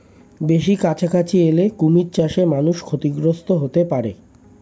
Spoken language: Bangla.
বেশি কাছাকাছি এলে কুমির চাষে মানুষ ক্ষতিগ্রস্ত হতে পারে